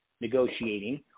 negotiating